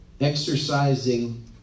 exercising